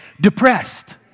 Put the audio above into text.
depressed